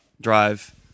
drive